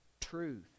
truth